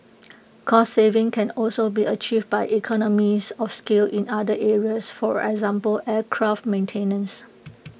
cost saving can also be achieved by economies of scale in other areas for example aircraft maintenance